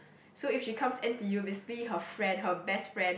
so if she comes N_T_U basically her friend her best friend